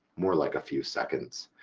more like a few seconds.